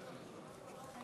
סגורה.